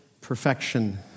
perfection